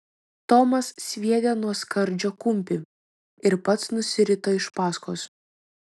tomas sviedė nuo skardžio kumpį ir pats nusirito iš paskos